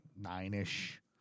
nine-ish